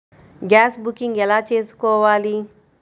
Gas booking ఎలా చేసుకోవాలి?